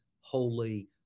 holy